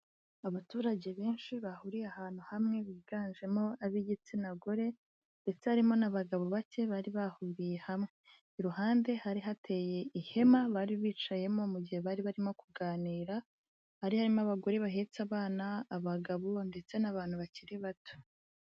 Abaturage benshi bahuriye ahantu hamwe, biganjemo ab'igitsina gore ndetse harimo n'abagabo bake, bari bahuriye hamwe, iruhande hari hateye ihema bari bicayemo mu gihe bari barimo kuganira, hari harimo abagore bahetse, abana, abagabo ndetse n'abantu bakiri bato.